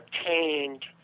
obtained